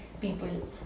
people